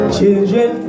Children